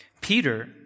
Peter